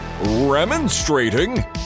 remonstrating